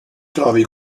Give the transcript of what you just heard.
trovi